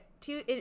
two